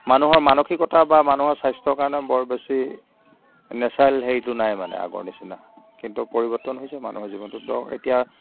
মানুহৰ মানসিকতা বা মানুহৰ স্বাস্থ্য কাৰণে বৰ বেছি নেচাৰেল হেৰিটো নাই মানে আগৰ নিচিনা কিন্তু পৰিবৰ্তন হৈছে মানুহৰ জীৱনটোত ধৰক এতিয়া